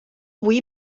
vull